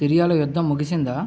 సిరియాలో యుద్ధం ముగిసిందా